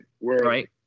Right